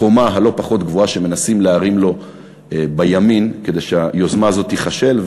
החומה הלא-פחות גבוהה שמנסים להרים לו בימין כדי שהיוזמה הזאת תיכשל.